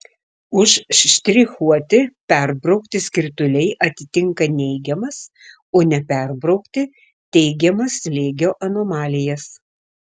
užštrichuoti perbraukti skrituliai atitinka neigiamas o neperbraukti teigiamas slėgio anomalijas